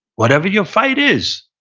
whatever your fight is,